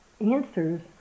answers